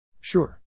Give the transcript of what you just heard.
Sure